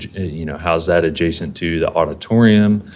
you know, how's that adjacent to the auditorium?